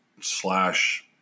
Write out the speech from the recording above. slash